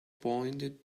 pointed